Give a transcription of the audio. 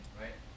right